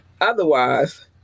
otherwise